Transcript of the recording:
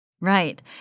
Right